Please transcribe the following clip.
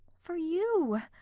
for you!